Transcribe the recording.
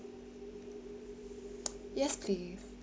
yes please